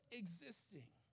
existing